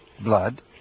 Blood